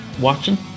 watching